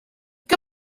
que